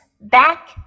back